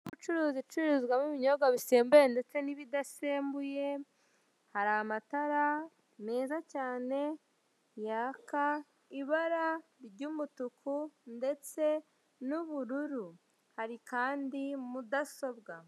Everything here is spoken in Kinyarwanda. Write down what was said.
Inzu y'ubucuruzi icururizwamo ibinyobwa bisembuye ndetse n'ibidasembuye, hari amatara meza cyane yaka ibara ry'umutuku ndetse n'ubururu, hari kandi mudasobwa.